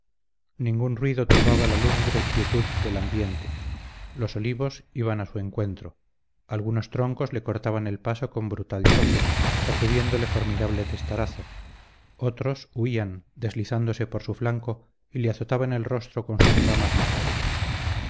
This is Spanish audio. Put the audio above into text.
ningún ruido turbaba la lúgubre quietud del ambiente los olivos iban a su encuentro algunos troncos le cortaban el paso con brutal choque sacudiéndole formidable testarazo otros huían deslizándose por su flanco y le azotaban el rostro con sus ramas mojadas